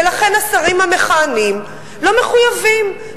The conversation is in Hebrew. ולכן השרים המכהנים לא מחויבים,